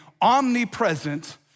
omnipresent